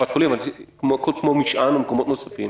במקומות כמו משען או מקומות נוספים,